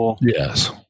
Yes